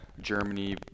Germany